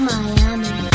Miami